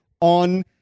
on